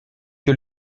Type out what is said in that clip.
que